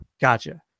Gotcha